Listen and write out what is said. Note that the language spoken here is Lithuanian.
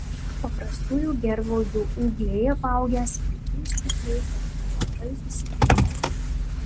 paprastųjų gervuogių ūgliai apaugę smulkiais dygliais dažnai labai susipynę